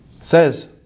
Says